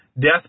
death